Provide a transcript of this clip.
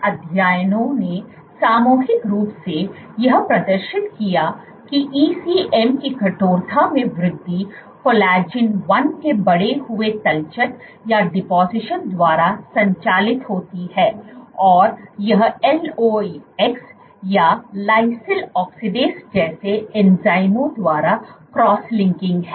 इन अध्ययनों ने सामूहिक रूप से यह प्रदर्शित किया कि ECM की कठोरता में वृद्धि कोलेजन 1 के बढ़े हुए तलछट द्वारा संचालित होती है और यह LOX या लिसाइल ऑक्सीडेज जैसे एंजाइमों द्वारा क्रॉस लिंकिंग है